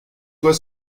toi